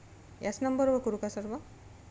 याच नंबरवर करू का सर मग